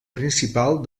principal